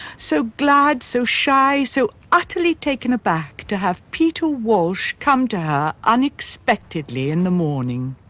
so glad, so shy, so utterly taken aback to have peter walsh come to her unexpectedly in the morning.